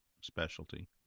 specialty